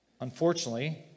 Unfortunately